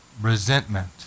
resentment